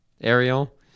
Ariel